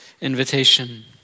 invitation